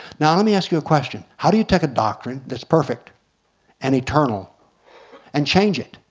now let me ask you a question how do you take a doctrine that is perfect and eternal and change it?